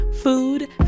food